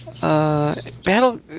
Battle